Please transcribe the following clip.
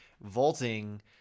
vaulting